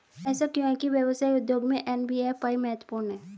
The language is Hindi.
ऐसा क्यों है कि व्यवसाय उद्योग में एन.बी.एफ.आई महत्वपूर्ण है?